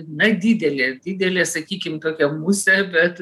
na didelė didelė sakykim tokia musė bet